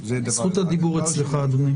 זכות הדיבור אצלך, אדוני.